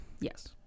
yes